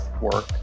work